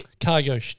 Cargo